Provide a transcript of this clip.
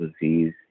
disease